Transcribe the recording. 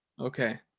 Okay